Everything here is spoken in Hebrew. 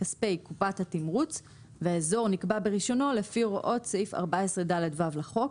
כספי קופת התמרוץ והאזור נקבע ברישיונו לפי הוראות סעיף 14ד(ו) לחוק".